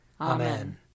Amen